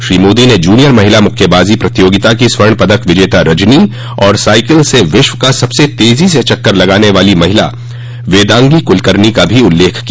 श्री मोदी ने जूनियर महिला मुक्केबाजो प्रतियोगिता की स्वर्ण पदक विजेता रजनी और साइकिल से विश्व का सबसे तेजो से चक्कर लगाने वाली महिला वेदांगी कूलकर्णी का भी उल्लेख किया